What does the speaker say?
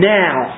now